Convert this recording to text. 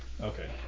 Okay